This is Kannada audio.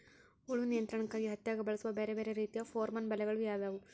ಹುಳು ನಿಯಂತ್ರಣಕ್ಕಾಗಿ ಹತ್ತ್ಯಾಗ್ ಬಳಸುವ ಬ್ಯಾರೆ ಬ್ಯಾರೆ ರೇತಿಯ ಪೋರ್ಮನ್ ಬಲೆಗಳು ಯಾವ್ಯಾವ್?